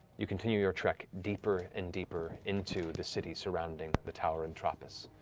you continue your trek deeper and deeper into the city surrounding the tower entropis,